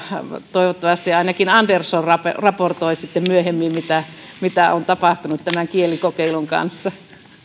toivottavasti ainakin andersson raportoi sitten myöhemmin mitä mitä on tapahtunut tämän kielikokeilun kanssa